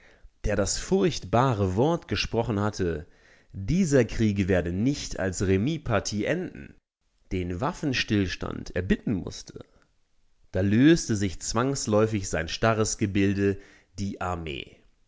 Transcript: der das furchtbare wort gesprochen hatte dieser krieg werde nicht als remispartie enden den waffenstillstand erbitten mußte da löste sich zwangsläufig sein starres gebilde die armee